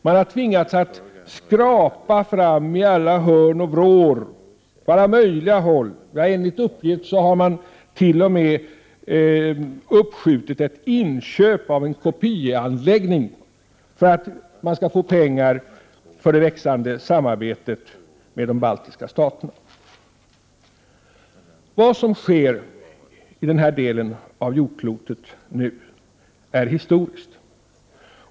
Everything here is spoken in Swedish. Man har tvingats att skrapa fram pengar i alla hörn och vrår, på alla möjliga håll. Enligt uppgift har man t.o.m. uppskjutit ett inköp av en kopieanläggning för att få pengar till det växande samarbetet med de baltiska staterna. Vad som sker i denna del av världen är historiskt.